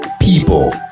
people